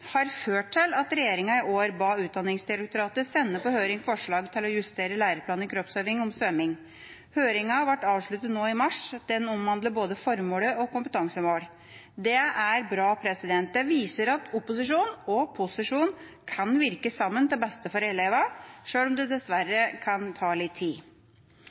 har ført til at regjeringa i år ba Utdanningsdirektoratet sende på høring forslag til å justere læreplanen i kroppsøving når det gjelder svømming. Høringa ble avsluttet nå i mars. Den omhandlet både formålet og kompetansemålene. Det er bra. Det viser at opposisjon og posisjon kan virke sammen til beste for elevene, selv om det dessverre kan ta litt tid.